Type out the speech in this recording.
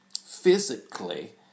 Physically